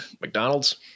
McDonald's